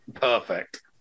Perfect